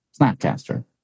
Snapcaster